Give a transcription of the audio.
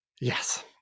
Yes